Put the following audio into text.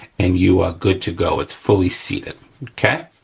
and you are good to go, it's fully seated, okay?